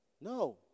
No